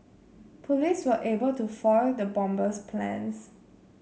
police were able to foil the bomber's plans